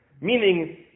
Meaning